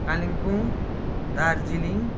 Kalimpong Darjeeling